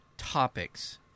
Topics